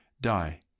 die